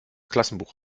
klassenbuch